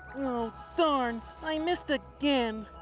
oh, darn, i missed again.